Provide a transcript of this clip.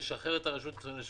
שחרר את הרשות לניצולי שואה.